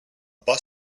bus